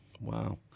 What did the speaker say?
Wow